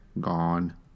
Gone